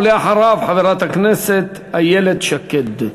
אחריו, חברת הכנסת איילת שקד.